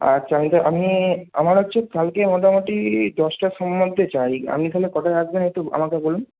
আচ্ছা আপনি আমি আমার হচ্ছে কালকে মোটামুটি দশটার মধ্যে চাই আপনি তাহলে কটায় আসবেন একটু আমাকে বলুন